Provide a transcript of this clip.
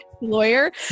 lawyer